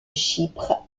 chypre